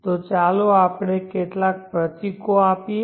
તો ચાલો કેટલાક પ્રતીકો આપીએ